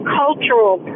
cultural